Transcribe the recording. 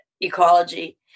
ecology